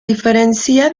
diferencia